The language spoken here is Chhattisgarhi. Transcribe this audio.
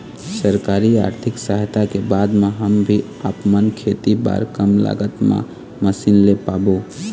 सरकारी आरथिक सहायता के बाद मा हम भी आपमन खेती बार कम लागत मा मशीन ले पाबो?